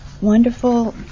wonderful